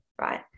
right